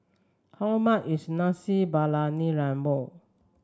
how much is Nasi Briyani Lembu